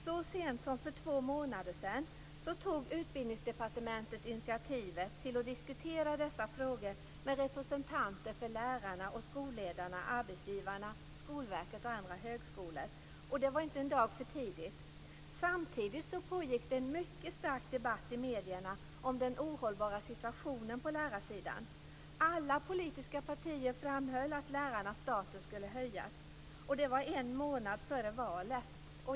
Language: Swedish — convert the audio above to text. Så sent som för två månader sedan tog Utbildningsdepartementet initiativ till att diskutera dessa frågor med representanter för lärarna och skolledarna, arbetsgivarna, Skolverket och ett antal högskolor. Det var inte en dag för tidigt. Samtidigt pågick en mycket stark debatt i medierna om den ohållbara situationen på lärarsidan. Alla politiska partier framhöll att lärarnas status skulle höjas. Det var en månad före valet.